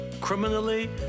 criminally